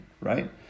Right